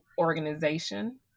organization